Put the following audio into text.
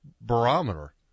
barometer